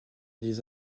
des